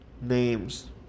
names